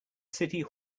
city